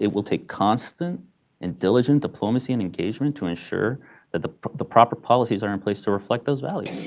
it will take constant and diligent diplomacy and engagement to ensure that the the proper policies are in place to reflect those values.